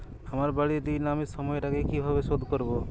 আমার বাড়ীর ঋণ আমি সময়ের আগেই কিভাবে শোধ করবো?